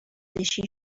نشین